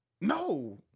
No